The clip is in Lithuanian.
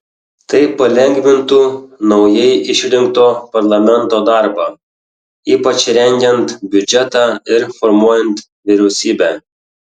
tai palengvintų naujai išrinkto parlamento darbą ypač rengiant biudžetą ir formuojant vyriausybę